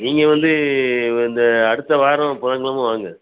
நீங்கள் வந்து இந்த அடுத்த வாரம் புதன்கெலம வாங்க